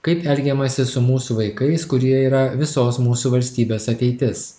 kaip elgiamasi su mūsų vaikais kurie yra visos mūsų valstybės ateitis